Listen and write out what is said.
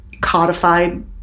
codified